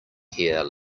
here